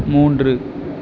மூன்று